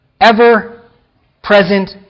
ever-present